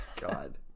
God